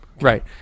Right